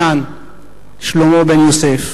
מה, הם לא בני-אדם?